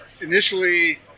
initially